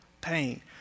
pain